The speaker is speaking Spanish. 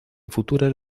futuras